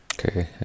Okay